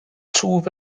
twf